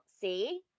See